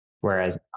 Whereas